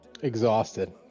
Exhausted